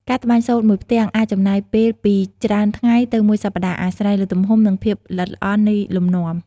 ការត្បាញសូត្រមួយផ្ទាំងអាចចំណាយពេលពីច្រើនថ្ងៃទៅមួយសប្ដាហ៍ អាស្រ័យលើទំហំ និងភាពល្អិតល្អន់នៃលំនាំ។